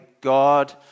God